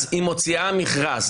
אז היא מוציאה מכרז.